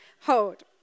hold